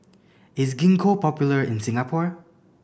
is Gingko popular in Singapore